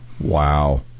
wow